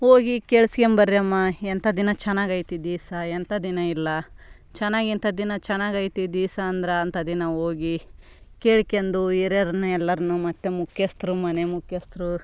ಹೋಗಿ ಕೇಳಿಸ್ಕೊಂಬರ್ಯಮ್ಮ ಎಂಥಾ ದಿನ ಚೆನ್ನಾಗ್ ಐತಿ ದಿಸ ಎಂತ ದಿನ ಇಲ್ಲ ಚೆನ್ನಾಗ್ ಇಂಥ ದಿನ ಚೆನ್ನಾಗ್ ಐತಿ ದಿಸಾ ಅಂದ್ರೆ ಅಂಥ ದಿನ ಹೋಗಿ ಕೇಳ್ಕೆಂಡು ಹಿರಿಯರ್ನ ಎಲ್ರುನು ಮತ್ತು ಮುಖ್ಯಸ್ಥರು ಮನೆ ಮುಖ್ಯಸ್ಥರು